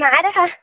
নাই দেখা